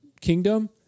kingdom